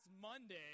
Monday